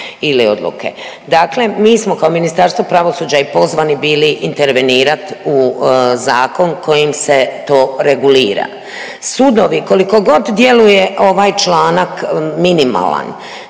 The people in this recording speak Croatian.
ili odluke. Dakle, mi smo kao Ministarstvo pravosuđa i pozvani bili intervenirat u zakon kojim se to regulira. Sudovi kolikogod djeluje ovaj članak minimalan.